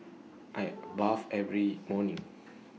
I bath every morning